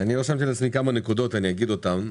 רשמתי לעצמי כמה נקודות ואגיד אותן,